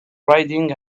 riding